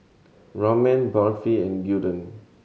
Ramen Barfi and Gyudon